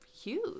huge